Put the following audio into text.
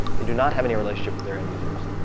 they do not have any relationship with their end users.